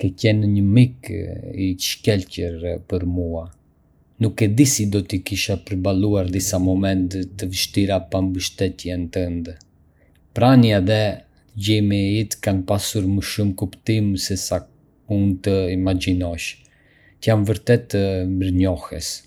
Ke qenë një mik i shkëlqyer për mua... nuk e di si do t’i kisha përballuar disa momente të vështira pa mbështetjen tënde. Prania dhe dëgjimi yt kanë pasur më shumë kuptim sesa mund të imagjinosh. Të jam vërtet mirënjohës.